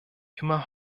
immer